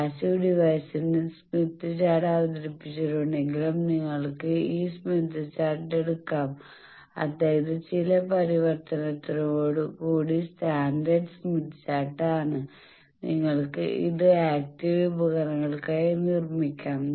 passive ഡിവൈസിന്റെ Smith chart അവതരിപ്പിച്ചിട്ടുണ്ടെങ്കിലും നിങ്ങൾക്ക് ഈ സ്മിത്ത് ചാർട്ട് എടുക്കാം അതായത് ചില പരിവർത്തനത്തോടുകൂടിയ സ്റ്റാൻഡേർഡ് സ്മിത്ത് ചാർട്ട് ആണ് നിങ്ങൾക്ക് ഇത് ആക്റ്റീവ് ഉപകരണങ്ങൾക്കായി നിർമ്മിക്കാം